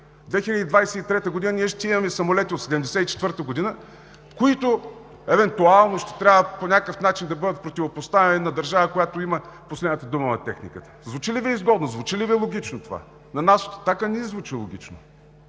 година ние ще имаме самолети от 1974 г., които, евентуално, ще трябва по някакъв начин да бъдат противопоставяни на държава, която има последната дума на техниката. Звучи ли Ви изгодно, звучи ли Ви логично това? На нас от „Атака“ не ни звучи логично